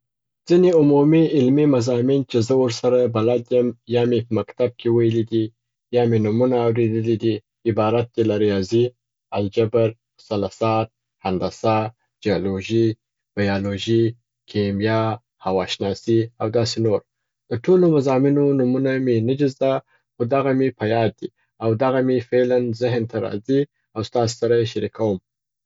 ځیني عمومي علمي مضامین چې زه ور سره بلد یم یا مي په مکتب کي ویلي دي یا مي نمونه اوریدلي دي، عبارت دي له ریاضي، الجبر، مثلثات، هندسه، جیولوژي، بیالوژي، کیمیا، هوا شناسي او داسي نور. د ټولو مضامینو نمونه مي نه دي زده خو دغه مي په یاد دي. او دغه مي فعلاً ذهن ته راځي او ستاسي سره یې شریکوم